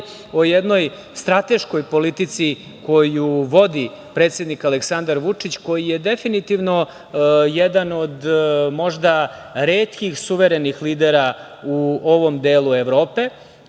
o jednoj strateškoj politici koju vodi predsednik Aleksandar Vučić, koji je definitivno jedan od možda retkih suverenih lidera u ovom delu Evrope